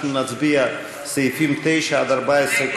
אנחנו נצביע על סעיפים 9 עד 14,